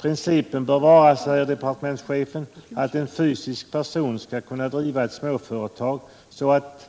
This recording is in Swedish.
Principen bör vara, säger departementschefen, att en fysisk person skall kunna driva ett småföretag så att